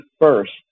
first